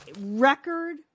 record